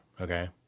okay